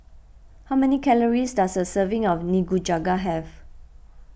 how many calories does a serving of Nikujaga have